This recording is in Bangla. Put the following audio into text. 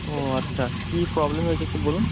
ও আচ্ছা কী প্রবলেম হয়েছে একটু বলুন